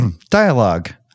Dialogue